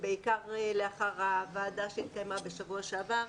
ובעיקר לאחר ישיבת הוועדה שהתקיימה בשבוע שעבר,